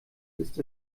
ist